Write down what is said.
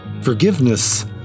forgiveness